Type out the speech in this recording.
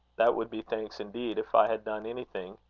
that would be thanks indeed, if i had done anything.